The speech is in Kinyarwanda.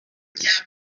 gihe